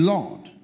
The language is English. Lord